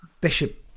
Bishop